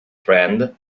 friend